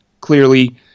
clearly